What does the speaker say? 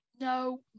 no